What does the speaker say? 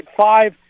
five